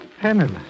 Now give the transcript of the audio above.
penniless